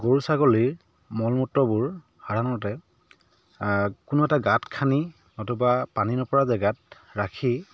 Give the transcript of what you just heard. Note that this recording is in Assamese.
গৰু ছাগলীৰ মল মূত্ৰবোৰ সাধাৰণতে কোনো এটা গাঁত খান্দি নতুবা পানী নপৰা জেগাত ৰাখি